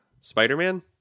Spider-Man